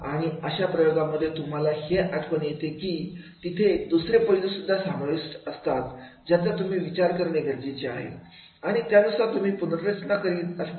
आणि अशा प्रयोगांमध्ये तुम्हाला हे आठवण येते की तिथे काही दुसरे पैलू सुद्धा सामाविष्ट असतात ज्याचा तुम्ही विचार करणे गरजेचे आहे आणि त्यानुसार तुम्ही पुनर्रचना करीत असता